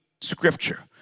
scripture